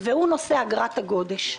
והוא נושא אגרת הגודש.